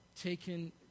taken